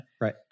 right